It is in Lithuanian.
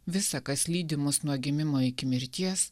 visa kas lydi mus nuo gimimo iki mirties